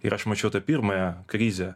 ir aš mačiau tą pirmąją krizę